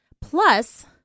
Plus